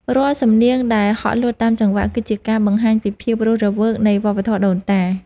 រាល់សំនៀងដែលហក់លោតតាមចង្វាក់ គឺជាការបង្ហាញពីភាពរស់រវើកនៃវប្បធម៌ដូនតា។